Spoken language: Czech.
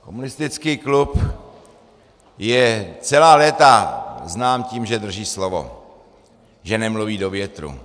Komunistické klub je celá léta znám tím, že drží slovo, že nemluví do větru.